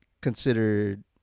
considered